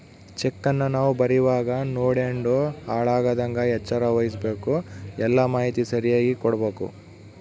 ಚೆಕ್ಕನ್ನ ನಾವು ಬರೀವಾಗ ನೋಡ್ಯಂಡು ಹಾಳಾಗದಂಗ ಎಚ್ಚರ ವಹಿಸ್ಭಕು, ಎಲ್ಲಾ ಮಾಹಿತಿ ಸರಿಯಾಗಿ ಕೊಡ್ಬಕು